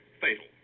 fatal